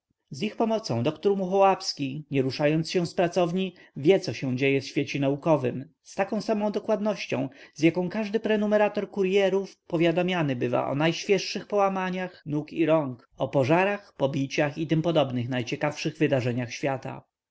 ich pomocą dr muchołapski nie ruszając się z pracowni wie co się dzieje w świecie naukowym z taką samą dokładnością z jaką każdy prenumerator kuryerów a powiadamianym bywa o najświeższych połamaniach nóg i rąk o pożarach pobiciach it p najciekawszych wydarzeniach świata